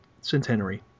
centenary